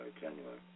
January